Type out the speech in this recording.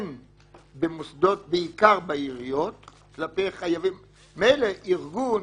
הם בעיקר בעיריות כלפי חייבים מילא ארגון,